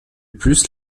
plus